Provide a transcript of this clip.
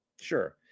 sure